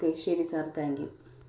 okay ശരി sir thank you